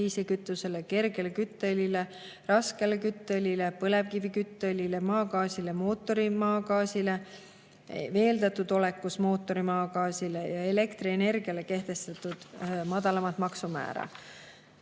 diislikütusele, kergele kütteõlile, raskele kütteõlile, põlevkivikütteõlile, maagaasile, mootorimaagaasile, veeldatud olekus mootorimaagaasile ja elektrienergiale kehtestatud madalamat maksumäära.